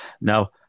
now